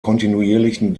kontinuierlichen